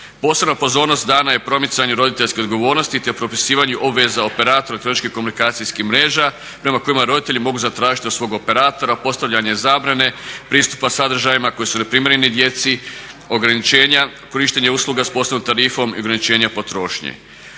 Posebna pozornost dana je promicanju roditeljske odgovornosti te propisivanju obveza operatora …/Govornik se ne razumije./… komunikacijskih mreža prema kojima roditelji mogu zatražiti od svog operatora postavljanje zabrane pristupa sadržajima koji su ne primjereni djeci, ograničenja korištenja usluga sa posebnom tarifom i ograničenja potrošnje.